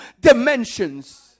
dimensions